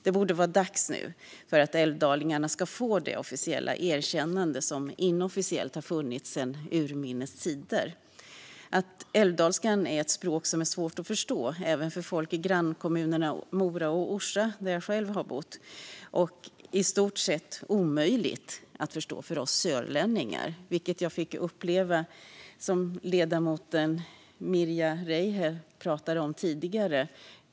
Det borde vara dags att älvdalingarna får det officiella erkännande som inofficiellt har funnits sedan urminnes tider. Älvdalskan är ett språk som är svårt att förstå även för folk i grannkommunerna Mora och Orsa, där jag själv har bott, och i stort sett omöjligt att förstå för oss sörlänningar, vilket jag fick uppleva och som ledamoten Mirja Räihä talade om tidigare.